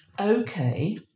Okay